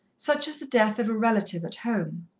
such as the death of a relative at home.